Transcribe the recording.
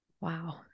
Wow